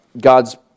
God's